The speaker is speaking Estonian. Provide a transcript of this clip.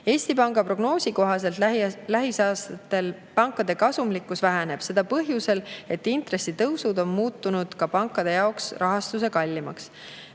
Eesti Panga prognoosi kohaselt lähiaastatel pankade kasumlikkus väheneb. Seda põhjusel, et intressitõusud on muutunud ka pankade jaoks rahastuse kallimaks.